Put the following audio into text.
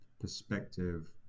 perspective